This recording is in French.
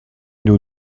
nous